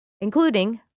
including